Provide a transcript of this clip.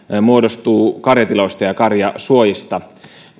muodostuu karjatiloista ja karjasuojista